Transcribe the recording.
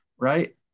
right